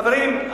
חברים,